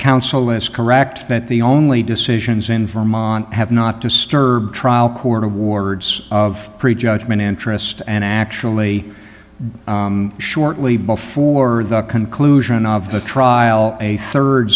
counsel is correct that the only decisions in vermont have not disturbed trial court awards of pre judgment interest and actually shortly before the conclusion of the trial a third